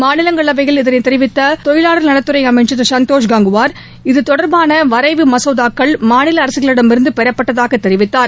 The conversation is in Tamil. மாநிலங்களவையில் இதனை தெரிவித்த தொழிலாளர் நலத்துறை அமைச்சர் திரு சந்தோஷ் கங்குவார் இத்தொடர்பான வரைவு மசோதாக்கள் மாநில அரசுகளிடமிருந்து பெறப்பட்டதாக தெரிவித்தார்